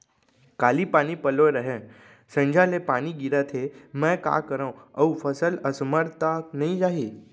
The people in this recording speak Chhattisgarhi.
काली पानी पलोय रहेंव, संझा ले पानी गिरत हे, मैं का करंव अऊ फसल असमर्थ त नई जाही?